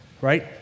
right